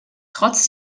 trotz